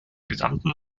gesamten